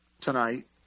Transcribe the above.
tonight